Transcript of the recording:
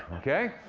okay?